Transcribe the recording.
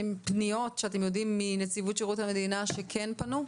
שאתם יודעים מנציבות שירות המדינה שכן פנו?